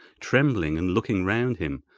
trembling and looking round him,